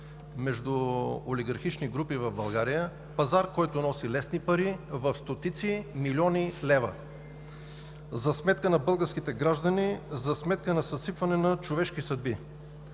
между олигархични групи в България – пазар, който носи лесни пари в стотици милиони лева за сметка на българските граждани, за сметка на съсипване на човешки съдби.